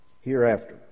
hereafter